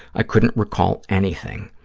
i couldn't recall anything.